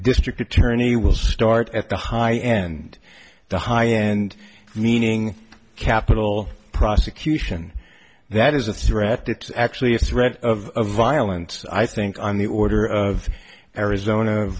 district attorney will start at the high end the high end meaning capital prosecution that is a threat it's actually a threat of violence i think on the order of arizona